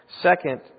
Second